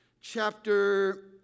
chapter